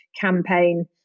campaign